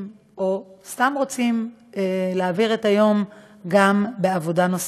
או סתם רוצים להעביר את היום גם בעבודה נוספת.